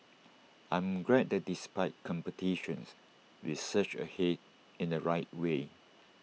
I'm glad that despite competitions we surged ahead in the right way